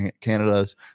Canada's